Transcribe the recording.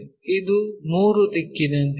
ಇದು 3 ದಿಕ್ಕಿನಂತಿದೆ